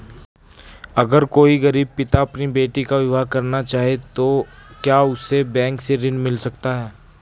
अगर कोई गरीब पिता अपनी बेटी का विवाह करना चाहे तो क्या उसे बैंक से ऋण मिल सकता है?